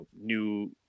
new